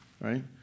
right